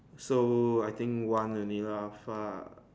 so I think one only lah fu~